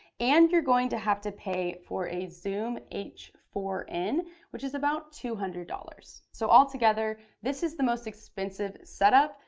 and you're going to have to pay for a zoom h four n which is about two hundred dollars. so all together, this is about the most expensive setup,